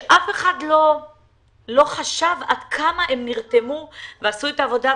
שאף אחד לא חשב עד כמה הם נרתמו ועשו את העבודה.